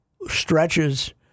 stretches